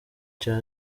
cya